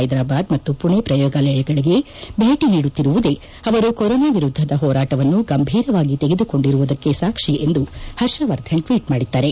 ಹೈದರಾಬಾದ್ ಮತ್ತು ಪುಣೆ ಪ್ರಯೋಗಾಲಯಗಳಿಗೆ ಭೇಟ ನೀಡುತ್ತಿರುವುದೇ ಅವರು ಕೊರೋನಾ ವಿರುದ್ದದ ಹೋರಾಟವನ್ನು ಗಂಭೀರವಾಗಿ ತೆಗೆದುಕೊಂಡಿರುವುದಕ್ಕೆ ಸಾಕ್ಷಿ ಎಂದು ಪರ್ಷವರ್ಧನ್ ಟ್ವೀಟ್ ಮಾಡಿದ್ದಾರೆ